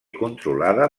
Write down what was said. controlada